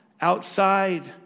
outside